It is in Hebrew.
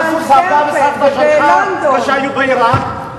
מה עשו סבא וסבתא שלך כשהיו בעירק?